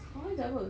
ha ija~ apa